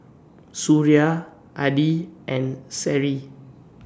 Suria Adi and Seri